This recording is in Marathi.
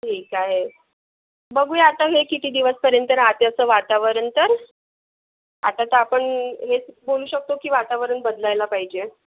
ठीक आहे बघूया आता हे कितीदिवसपर्यंत राहते असं वातावरण तर आता तर आपण हेच बोलू शकतो की वातावरण बदलायला पाहिजे